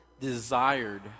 desired